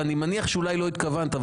ואני מניח שאולי לא התכוונת,